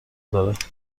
دارد